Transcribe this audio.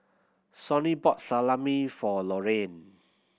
Sonny bought Salami for Lorraine